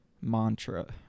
Mantra